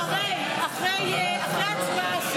אחרי ההצבעה.